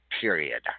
period